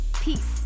Peace